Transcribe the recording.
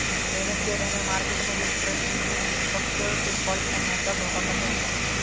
payment केल्याने मार्केटमधील प्रतिपक्ष डिफॉल्ट होण्याचा धोका कमी होतो